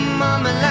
mama